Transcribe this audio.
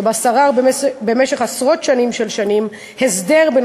שבה שרר במשך עשרות רבות של שנים הסדר בין